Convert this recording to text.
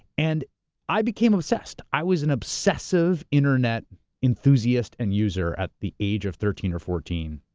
and i became obsessed. i was an obsessive internet enthusiast and user at the age of thirteen or fourteen,